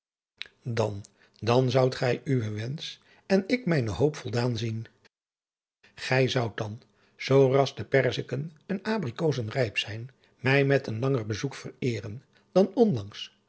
dan dan zoudt gij uwen wensch en ik mijne hoop voldaan zien gij zoudt dan zooras de perziken en abrikozen rijp zijn mij met een langer bezoek vereeren dan